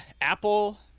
Apple